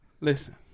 Listen